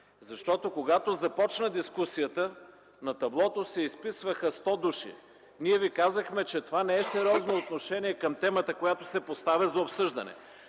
Когато започна дискусията, на таблото се изписваха 100 души. Ние ви казахме, че това не е сериозно отношение към темата, която се поставя за обсъждане.